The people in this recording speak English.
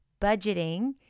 budgeting